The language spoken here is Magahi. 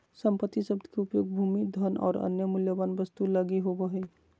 संपत्ति शब्द के उपयोग भूमि, धन और अन्य मूल्यवान वस्तु लगी होवे हइ